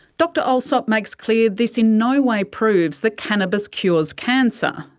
dr allsop makes clear this in no way proves that cannabis cures cancer,